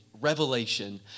revelation